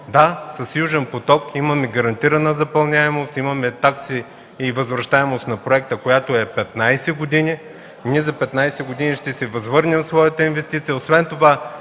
Да, с „Южен поток” имаме гарантирана запълняемост, имаме такси и възвръщаемост на проекта 15 години. За 15 години ще си възвърнем своята инвестиция.